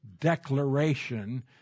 declaration